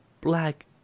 black